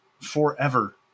forever